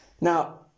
Now